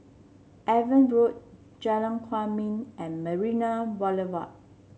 Evan Road Jalan Kwok Min and Marina Boulevard